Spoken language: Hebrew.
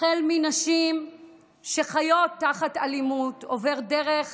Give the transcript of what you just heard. החל מנשים שחיות תחת אלימות, עובר דרך